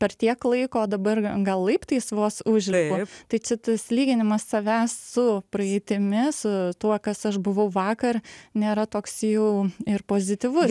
per tiek laiko dabar gal laiptais vos užlipu tai čia tas lyginimas savęs su praeitimi su tuo kas aš buvau vakar nėra toks jau ir pozityvus